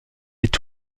est